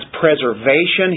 preservation